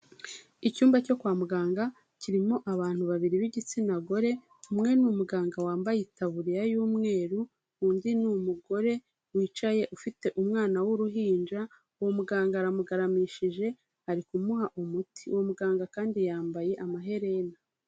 Icyumba cyo kwa muganga kirimo abantu babiri b'igitsina gore, umwe ni umuganga wambaye itaburiya y'umweru, undi ni umugore wicaye ufite umwana w'uruhinja, uwo muganga aramugaramishije ari kumuha umuti. Uwo muganga kandi yambaye amaherena.